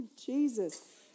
Jesus